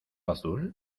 azul